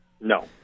No